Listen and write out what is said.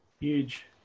Huge